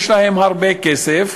שיש להם הרבה כסף,